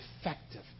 effective